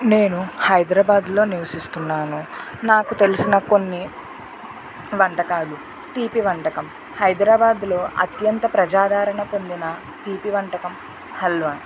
నేను హైదరాబాద్లో నివసిస్తున్నాను నాకు తెలిసిన కొన్ని వంటకాలు తీపి వంటకం హైదరాబాద్లో అత్యంత ప్రజాదరణ పొందిన తీపి వంటకం హల్వా